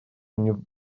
мне